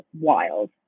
wild